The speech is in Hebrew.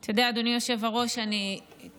אתה יודע, אדוני היושב-ראש, אני תוהה